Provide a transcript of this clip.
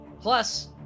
plus